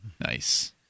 Nice